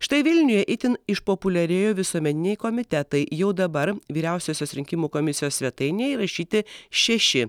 štai vilniuje itin išpopuliarėjo visuomeniniai komitetai jau dabar vyriausiosios rinkimų komisijos svetainėj įrašyti šeši